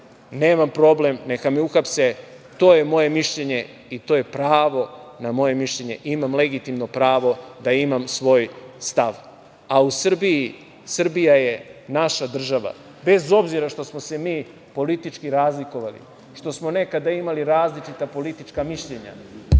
Nemam problem, neka me uhapse. To je moje mišljenje i to je pravo na moje mišljenje. Imam legitimno pravo da imam svoj stav.U Srbiji, Srbija je naša država, bez obzira što smo se mi politički razlikovali, što smo nekada imali različita politička mišljenja,